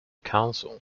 counsel